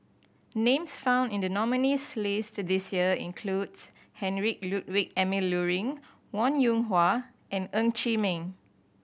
names found in the nominees' list this year includes Heinrich Ludwig Emil Luering Wong Yoon Wah and Ng Chee Meng